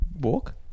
walk